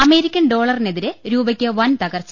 American ഡോളറിനെതിരെ രൂപയ്ക്ക് വൻ തകർച്ച